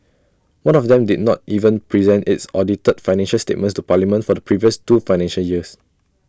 one of them did not even present its audited financial statements to parliament for the previous two financial years